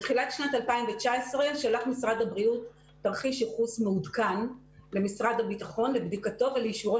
בתחילת שנת 2019 שלח משרד הבריאות תרחיש ייחוס מעודכן למשרד הביטחון,